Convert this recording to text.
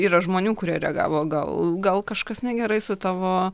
yra žmonių kurie reagavo gal gal kažkas negerai su tavo